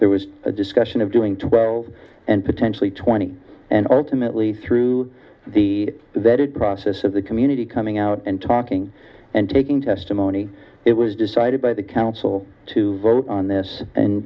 there was a discussion of doing twelve and potentially twenty and ultimately through the process of the community coming out and talking and taking testimony it was decided by the council to vote on this and